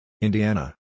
Indiana